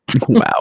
wow